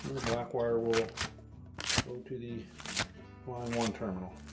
the black wire will go to the line one terminal.